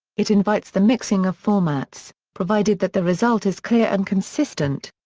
it invites the mixing of formats, provided that the result is clear and consistent.